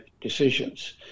decisions